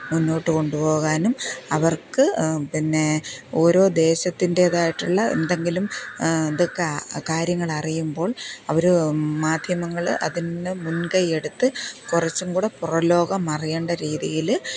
മുന്നോട്ട് കൊണ്ടു പോകാനും അവർക്ക് പിന്നെ ഓരോരോ ദേശത്തിൻ്റേതായിട്ടുള്ള എന്തെങ്കിലും ഇതൊക്കെ കാര്യങ്ങൾ അറിയുമ്പോൾ അവർ മാധ്യമങ്ങൾ അതിന് മുൻകൈയ്യെടുത്ത് കുറച്ചും കൂടെ പുറംലോകം അറിയേണ്ട രീതിയിൽ